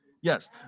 Yes